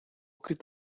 could